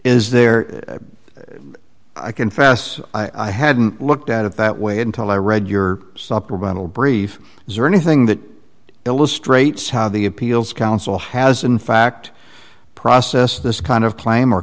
is there i confess i hadn't looked at it that way until i read your supplemental brief zero anything that illustrates how the appeals council has in fact process this kind of cl